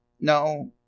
No